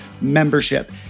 Membership